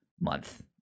month